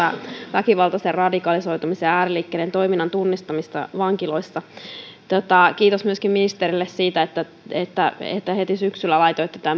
väkivaltaisen radikalisoitumisen ja ääriliikkeiden toiminnan tunnistamista vankiloissa kiitos ministerille myöskin siitä että että heti syksyllä laitoitte